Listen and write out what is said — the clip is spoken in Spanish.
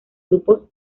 grupos